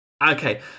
Okay